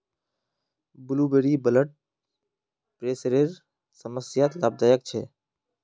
blueberry blood प्रेशरेर समस्यात लाभदायक छे